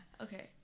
Okay